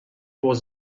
was